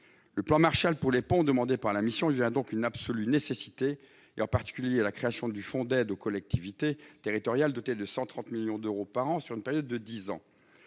Le plan Marshall pour les ponts sollicité par la mission devient, dans ce contexte, une absolue nécessité- je pense en particulier à la création d'un fonds d'aide aux collectivités territoriales doté de 130 millions d'euros par an sur une période de dix ans.